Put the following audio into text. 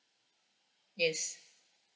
yes